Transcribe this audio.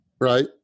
right